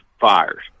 fires